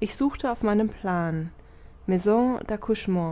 ich suchte auf meinem plan